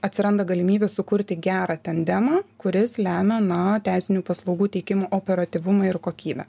atsiranda galimybė sukurti gerą tandemą kuris lemia na teisinių paslaugų teikimo operatyvumą ir kokybę